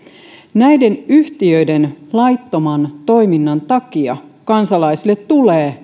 näiden yhtiöiden laittoman toiminnan takia kansalaisille tulee